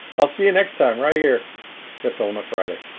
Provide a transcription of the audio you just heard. i'll see you next time right here at filament friday.